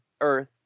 earth